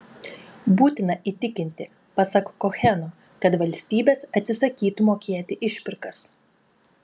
būtina įtikinti pasak koheno kad valstybės atsisakytų mokėti išpirkas